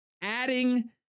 Adding